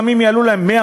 גם אם יעלו להם ב-100,